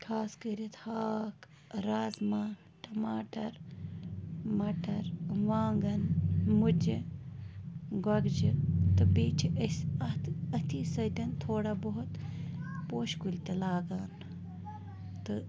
خاص کٔرِتھ ہاکھ رازما ٹماٹَر مَٹر وانٛگَن مُجہِ گۄگجہِ تہٕ بیٚیہِ چھِ أسۍ اَتھ أتھی سۭتۍ تھوڑا بہت پوشہِ کُلۍ تہِ لاگان تہٕ